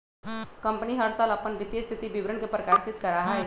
company हर साल अपन वित्तीय स्थिति विवरण के प्रकाशित करा हई